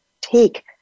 take